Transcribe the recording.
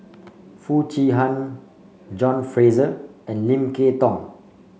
Foo Chee Han John Fraser and Lim Kay Tong